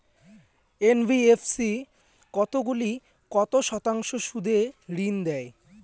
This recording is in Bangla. এন.বি.এফ.সি কতগুলি কত শতাংশ সুদে ঋন দেয়?